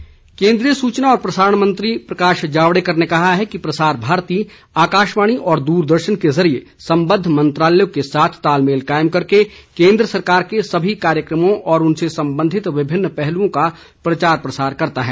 जावडेकर केन्द्रीय सूचना और प्रसारण मंत्री प्रकाश जावड़ेकर ने कहा है कि प्रसार भारती आकाशवाणी और दूरदर्शन के जरिये सम्बद्ध मंत्रालयों के साथ तालमेल कायम करके केन्द्र सरकार के सभी कार्यक्रमों और उनसे संबंधित विभिन्न पहलुओं का प्रचार प्रसार करता है